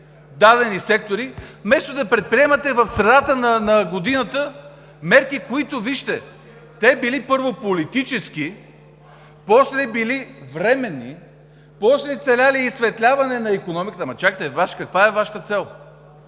дадени сектори, вместо да предприемате в средата на годината мерки, които, вижте, те били, първо, политически, после били временни, после целели изсветляване на икономиката. Ама чакайте, каква е Вашата цел?